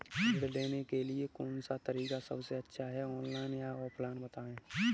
ऋण लेने के लिए कौन सा तरीका सबसे अच्छा है ऑनलाइन या ऑफलाइन बताएँ?